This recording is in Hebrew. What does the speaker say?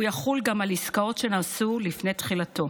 והוא יחול גם על עסקאות שנעשו לפני תחילתו.